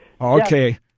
Okay